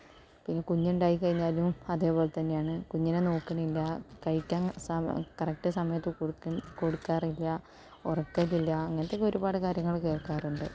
പിന്നെ കുഞ്ഞുണ്ടായി കഴിഞ്ഞാലും അതേ പോലെ തന്നെയാണ് കുഞ്ഞിനെ നോക്കണില്ല കഴിക്കാൻ സമ കറക്റ്റ് സമയത്ത് കൊടുക്കാൻ കൊടുക്കാറില്ല ഉറക്കലില്ല അങ്ങനത്തെയൊക്കെ ഒരുപാട് കാര്യങ്ങള് കേൾക്കാറുണ്ട്